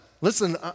Listen